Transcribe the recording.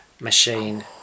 machine